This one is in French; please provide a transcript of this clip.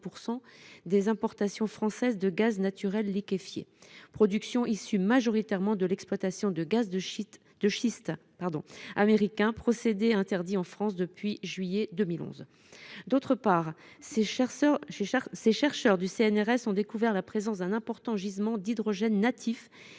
des importations françaises de gaz naturel liquéfié, une ressource majoritairement issue de l’exploitation de gaz de schiste américain – un procédé interdit en France depuis juillet 2011. En outre, ces chercheurs du CNRS ont découvert la présence d’un important gisement d’hydrogène natif,